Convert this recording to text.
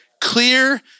Clear